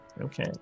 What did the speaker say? okay